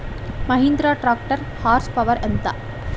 Mahindra tractor horse power ఎంత?